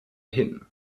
hin